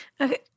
Okay